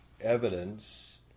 evidence